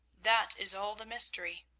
that is all the mystery.